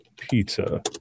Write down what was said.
pizza